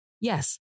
yes